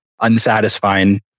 unsatisfying